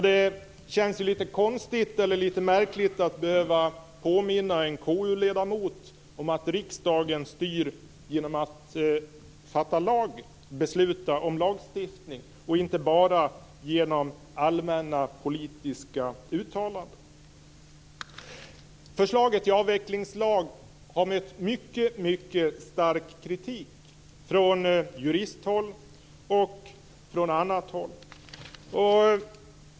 Det känns ju litet konstigt eller märkligt att behöva påminna en KU-ledamot om att riksdagen styr genom att besluta om lagstiftning och inte bara genom allmänna politiska uttalanden. Förslaget till avvecklingslag har mött mycket stark kritik från juristhåll och från annat håll.